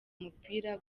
umupira